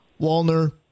Walner